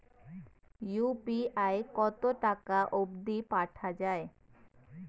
UPI কতো টাকা অব্দি পাঠা যায়?